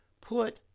put